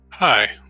Hi